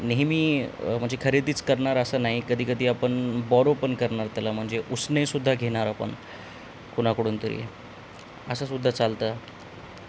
नेहमी म्हणजे खरेदीच करणार असं नाही कधी कधी आपण बॉरो पण करणार त्याला म्हणजे उसनेसुद्धा घेणार आपण कुणाकडूनतरी असंसुद्धा चालतं